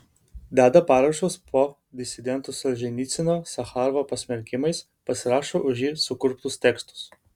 deda parašus po disidentų solženicyno sacharovo pasmerkimais pasirašo už jį sukurptus tekstus